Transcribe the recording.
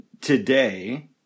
today